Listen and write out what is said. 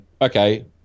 okay